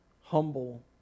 humble